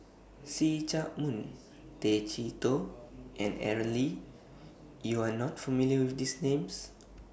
See Chak Mun Tay Chee Toh and Aaron Lee YOU Are not familiar with These Names